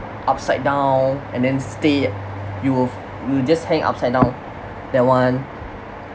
upside down and then stay at you will you'll just hang upside down that one